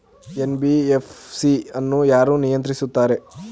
NBFC ಅನ್ನು ಯಾರು ನಿಯಂತ್ರಿಸುತ್ತಾರೆ?